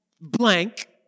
blank